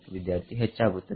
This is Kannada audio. ವಿದ್ಯಾರ್ಥಿಹೆಚ್ಚಾಗುತ್ತದೆ